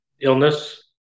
illness